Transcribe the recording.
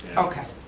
okay.